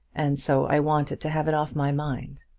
and so i wanted to have it off my mind.